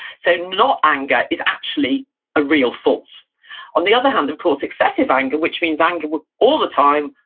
so not anger is actually a real fault on the other hand of course, excessive anger, which means anger but all the time,